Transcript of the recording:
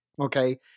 okay